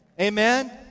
Amen